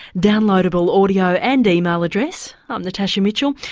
downloadable audio and email address. i'm natasha mitchell,